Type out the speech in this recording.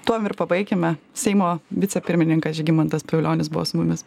tuom ir pabaikime seimo vicepirmininkas žygimantas pavilionis buvo su mumis